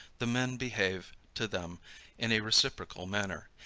the men behave to them in a reciprocal manner.